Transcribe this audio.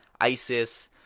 ISIS